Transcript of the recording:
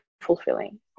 fulfilling